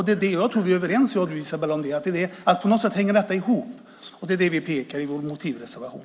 Det är det jag tror att vi är överens om, Isabella, att detta hänger ihop. Det är det vi pekar på i vår motivreservation.